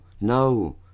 No